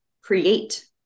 create